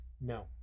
No